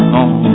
on